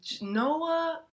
Noah